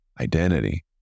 identity